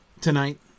tonight